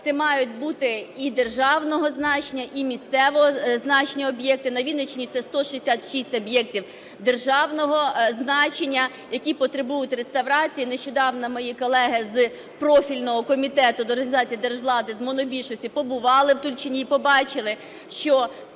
це мають бути і державного значення, і місцевого значення об'єкти. На Вінниччині це 166 об'єктів державного значення, які потребують реставрації. Нещодавно мої колеги з профільного Комітету організації держвлади з монобільшості побували в Тульчині і побачили, що